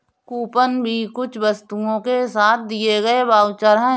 coupon भी कुछ वस्तुओं के साथ दिए गए वाउचर है